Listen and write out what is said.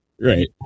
right